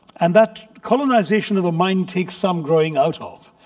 and that colonisation of a mind takes some growing out of.